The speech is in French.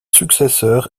successeur